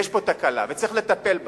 יש פה תקלה, וצריך לטפל בה,